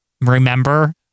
Remember